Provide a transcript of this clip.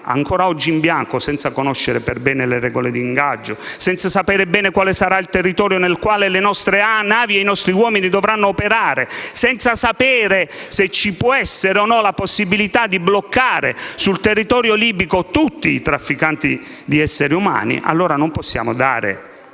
ancora oggi, in bianco, senza conoscere bene le regole d'ingaggio, senza sapere bene quale sarà l'area in cui le nostre navi e i nostri uomini dovranno operare, senza sapere se ci può essere o no la possibilità di bloccare sul territorio libico tutti i trafficanti di esseri umani. Non possiamo,